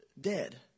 dead